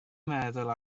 meddwl